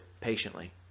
patiently